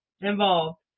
involved